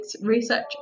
research